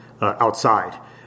outside